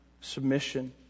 submission